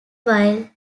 while